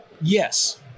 Yes